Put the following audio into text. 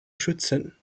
schützen